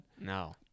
no